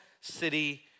city